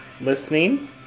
listening